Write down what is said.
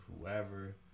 whoever